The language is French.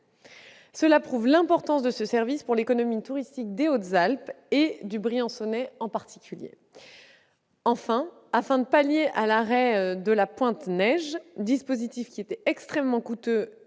Cela prouve l'importance de ce service pour l'économie touristique des Hautes-Alpes et du Briançonnais en particulier. Enfin, afin de pallier l'arrêt de la pointe neige, dispositif qui était extrêmement coûteux